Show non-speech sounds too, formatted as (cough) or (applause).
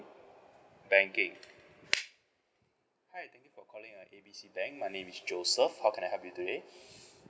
banking hi thank you for calling uh A B C bank my name is joseph how can I help you today (breath)